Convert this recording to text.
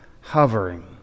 hovering